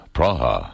Praha